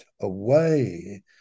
away